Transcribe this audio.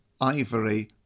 ivory